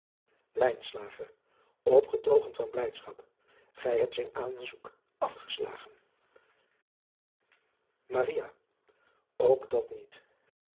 pgetogen van blijdschap ij hebt zijn aanzoek afgeslagen ok dat niet